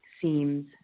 seems